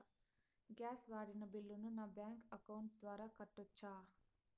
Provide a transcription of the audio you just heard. Gas వాడిన బిల్లును నా బ్యాంకు అకౌంట్ ద్వారా కట్టొచ్చా?